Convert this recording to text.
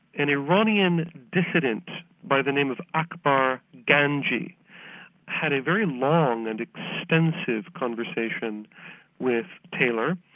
an iranian dissident by the name of akbar ganji had a very long and extensive conversation with taylor,